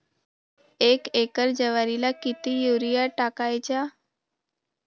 एक एकर ज्वारीला किती युरिया टाकायचा?